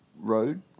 road